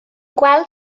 gweld